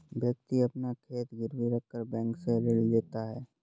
व्यक्ति अपना खेत गिरवी रखकर बैंक से ऋण लेता है